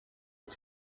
est